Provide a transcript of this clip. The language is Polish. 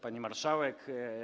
Pani Marszałek!